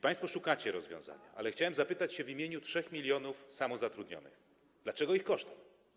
Państwo szukacie rozwiązania, ale chciałem zapytać w imieniu 3 mln samozatrudnionych, dlaczego ich kosztem.